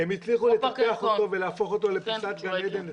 הם הצליחו לפתח אותו ולהפוך אותו לפיסת גן עדן.